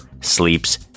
Sleeps